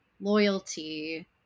loyalty